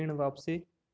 ऋण वापसी?